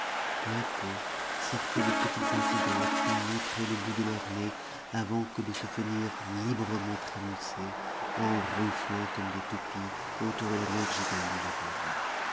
peu à peu sortaient les petites incidentes qui montraient le bout de leur nez avant que de se venir librement trémousser en ronflant comme des toupies autour de la mère gigogne leur maman